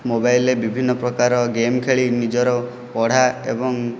ମୋବାଇଲରେ ବିଭିନ୍ନ ପ୍ରକାର ଗେମ୍ ଖେଳି ନିଜର ପଢ଼ା ଏବଂ